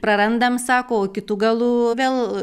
prarandam sako o kitu galu vėl